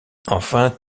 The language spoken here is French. enfin